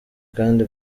kandi